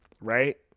right